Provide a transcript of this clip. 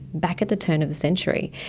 back at the turn of the century,